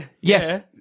Yes